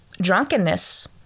drunkenness